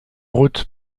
route